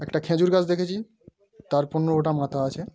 একটা খেজুর গাছ দেখেছি তার পনেরোটা মাথা আছে